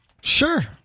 Sure